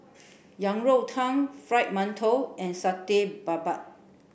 Yang Rou Tang Fried Mantou and Satay Babat